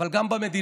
אבל גם במדינה.